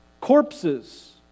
Corpses